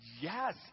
yes